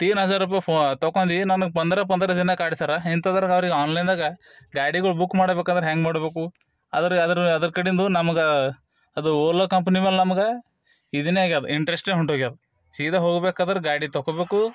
ತೀನ್ ಹಝಾರ್ ರುಪೈ ಫೋ ತೊಕೊಂಡಿ ನನಗೆ ಪಂದ್ರ ಪಂದ್ರ ದಿನ ಕಾಡ್ಸ್ಯರ ಇಂತದ್ರಾಗೆ ಅವ್ರಿಗೆ ಆನ್ಲೈನ್ದಾಗ ಗಾಡಿಗಳ ಬುಕ್ ಮಾಡಬೇಕು ಅಂದ್ರೆ ಹೆಂಗೆ ಮಾಡ್ಬೇಕು ಅದರ ಅದರ ಅದರ ಕಡಿಂದ ನಮಗೆ ಅದು ಓಲೋ ಕಂಪನಿ ಮೇಲೆ ನಮಗೆ ಇದನ್ನೆ ಆಗ್ಯದ ಇಂಟ್ರೆಸ್ಟೆ ಹೊಂತು ಹೋಗ್ಯದೆ ಸೀದಾ ಹೋಗ್ಬೆಕು ಅದ್ರ ಗಾಡಿ ತೊಗೋಬೇಕು